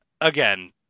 again